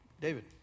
David